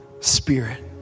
spirit